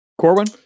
Corwin